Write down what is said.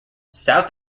south